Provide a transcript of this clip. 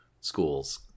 schools